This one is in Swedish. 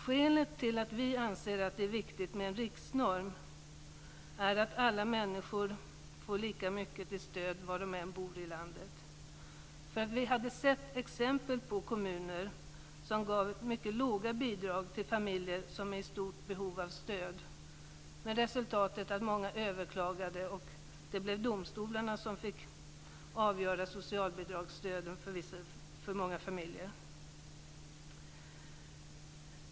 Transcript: Skälet till att vi anser att det är viktigt med en riksnorm är att alla människor skall få lika mycket stöd var de än bor i landet. Vi har sett exempel på kommuner som har gett mycket låga bidrag till familjer som är i stort behov av stöd med resultatet att många har överklagat. Det blev då domstolarna som fick avgöra nivån på socialbidragen för många familjer.